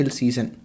season